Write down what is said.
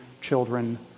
children